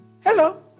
Hello